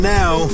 now